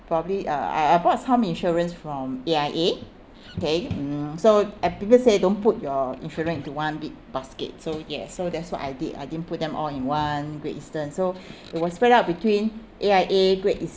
probably uh I I bought some insurance from A_I_A okay mm so and people say don't put your insurance into one big basket so yeah so that's what I did I didn't put them all in one great eastern so it was spread up between A_I_A Great